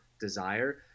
desire